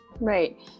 Right